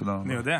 תודה רבה.